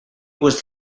was